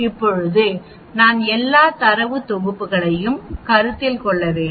இப்போது நான் எல்லா தரவுத் தொகுப்புகளையும் கருத்தில் கொள்ள வேண்டும்